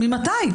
ממתי?